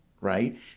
right